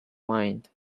mind